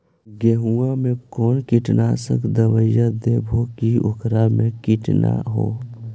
गेहूं में कोन कीटनाशक दबाइ देबै कि ओकरा मे किट न हो?